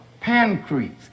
pancreas